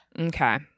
Okay